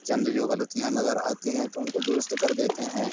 چند جو غلطیاں نظر آتی ہیں تو اُن كو درست كر دیتے ہیں